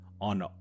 on